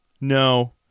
No